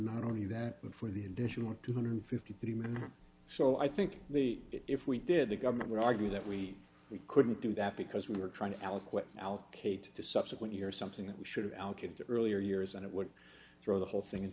not only that but for the additional two hundred and fifty three dollars men or so i think the if we did the government would argue that we'd we couldn't do that because we were trying to aliquid allocate to subsequent years something that we should have allocated to earlier years and it would throw the whole thing in